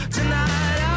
Tonight